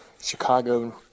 Chicago